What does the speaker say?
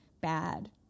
bad